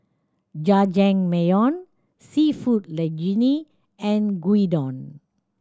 Jajangmyeon Seafood Linguine and Gyudon